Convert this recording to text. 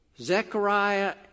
Zechariah